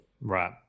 Right